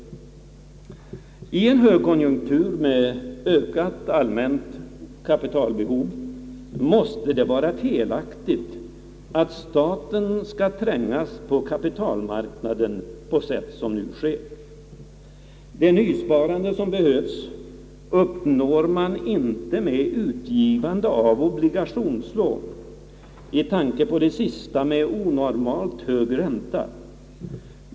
I en högkonjunktur med ökat allmänt kapitalbehov måste det vara felaktigt, att staten skall trängas på kapitalmarknaden så som nu sker. Det nysparande som behövs uppnår man inte genom utgivande av obligationslån med — jag tänker på det senaste lånet — onormalt hög ränta.